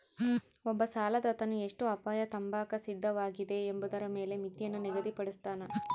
ಒಬ್ಬ ಸಾಲದಾತನು ಎಷ್ಟು ಅಪಾಯ ತಾಂಬಾಕ ಸಿದ್ಧವಾಗಿದೆ ಎಂಬುದರ ಮೇಲೆ ಮಿತಿಯನ್ನು ನಿಗದಿಪಡುಸ್ತನ